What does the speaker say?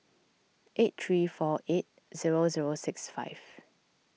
eight three four eight zero zero six five